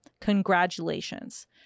Congratulations